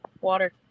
Water